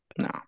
No